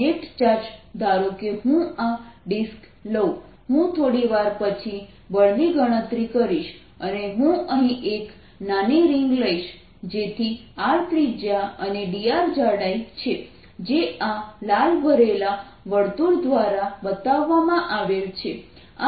net charge ધારો કે હું આ ડિસ્ક લઉ હું થોડી વાર પછી બળની ગણતરી કરીશ અને હું અહીં એક નાની રિંગ લઈશ જેની r ત્રિજ્યા અને dr જાડાઈ છે જે આ લાલ ભરેલા વર્તુળ દ્વારા બતાવવામાં આવેલ છે